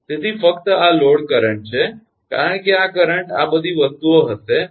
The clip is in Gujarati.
તેથી ફક્ત આ લોડ કરંટ છે કારણ કે આ કરંટ આ બધી વસ્તુઓ હશે